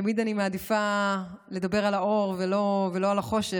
תמיד אני מעדיפה לדבר על האור ולא על החושך.